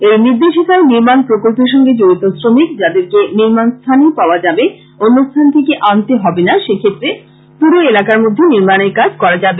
এই নির্দেশিকায় নির্মাণ প্রকল্পের সঙ্গে জড়িত শ্রমিক যাদেরকে নির্মাণস্থানেই পাওয়া যাবে অন্যস্থান থেকে আনতে হবেনা সেক্ষেত্রে পুর এলাকার মধ্যে নির্মাণের কাজ করা যাবে